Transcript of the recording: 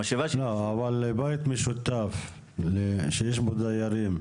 אבל בית משותף שיש בו דיירים,